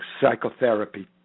psychotherapy